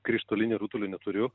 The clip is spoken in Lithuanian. krištolinio rutulio neturiu